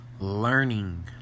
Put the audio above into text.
Learning